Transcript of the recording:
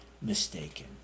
mistaken